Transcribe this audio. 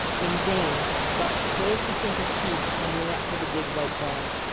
in vain buck strove to sink his teeth in the neck of the big white dog.